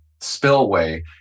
spillway